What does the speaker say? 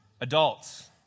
Adults